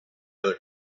other